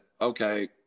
okay